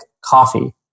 coffee